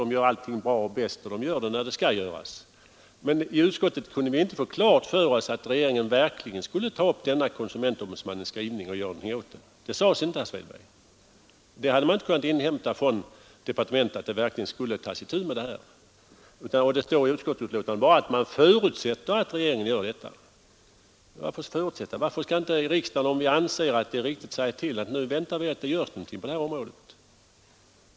Den gör allting bäst och gör det när det skall ske. I utskottet kunde vi dock inte få klart för oss att regeringen verkligen skulle ta upp konsumentombudsmannens skrivelse och göra något åt den. Det sades inte, herr Svedberg. Man kunde inte inhämta från departementet att det verkligen skulle ta itu med detta problem. I utskottsbetänkandet står bara att man ”förutsätter” att regeringen vidtar åtgärder. Varför förutsätta? Varför skall inte vi i riksdagen, om vi anser det berättigat, förklara att vi kräver att någonting görs på detta område.